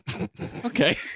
Okay